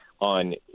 on